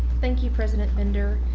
thank you president bender.